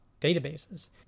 databases